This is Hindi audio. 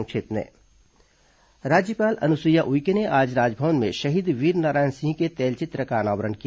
संक्षिप्त समाचार राज्यपाल अनुसुईया उइके ने आज राजभवन में शहीद वीरनारायण सिंह के तैलचित्र का अनावरण किया